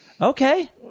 Okay